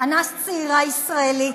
אנס צעירה ישראלית.